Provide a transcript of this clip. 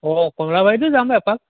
অঁ কমলাবাৰীতো যাম এপাক